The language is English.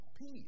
peace